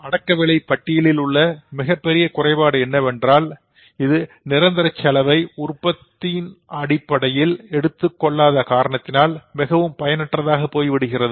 இந்த அடக்கவிலைப்பட்டியலில் உள்ள மிகப்பெரிய குறைபாடு என்னவென்றால் இது நிரந்தரச் செலவை உற்பத்தியின் உடைய அளவோடு எடுத்து சொல்லாத காரணத்தினால் மிகவும் பயனற்றதாக போய்விடுகிறது